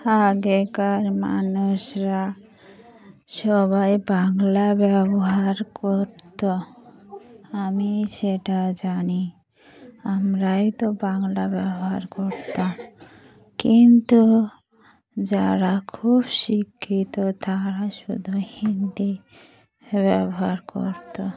আগেকার মানুষরা সবাই বাংলা ব্যবহার করত আমি সেটা জানি আমরাই তো বাংলা ব্যবহার করতাম কিন্তু যারা খুব শিক্ষিত তারা শুধু হিন্দি ব্যবহার করত